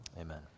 Amen